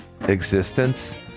existence